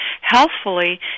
healthfully